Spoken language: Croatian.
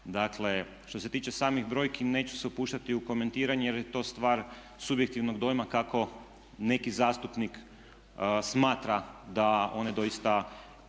Dakle, što se tiče samih brojki neću se upuštati u komentiranje jer je to stvar subjektivnog dojma kako neki zastupnik smatra da one doista